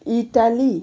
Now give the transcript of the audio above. Italy